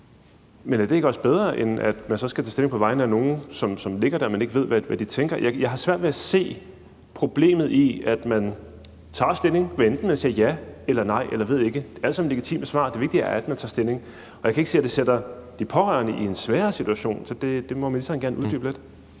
men er det ikke også bedre, end at man så skal tage stilling på vegne af nogen, som ligger der, og når man ikke ved, hvad de tænker? Jeg har svært ved at se problemet i, at man tager stilling, hvad enten man siger ja, nej eller ved ikke, for det er jo alle sammen legitime svar, og det er jo ikke det, at man tager stilling, der er problemet. Jeg kan ikke se, at det sætter de pårørende i en sværere situation. Det må ministeren gerne uddybe lidt.